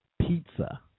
pizza